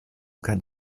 kann